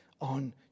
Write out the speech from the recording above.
on